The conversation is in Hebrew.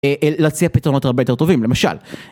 להציע פתרונות הרבה יותר טובים, למשל.